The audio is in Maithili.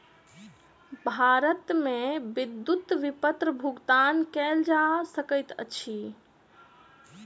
भारत मे विद्युत विपत्र भुगतान कयल जा सकैत अछि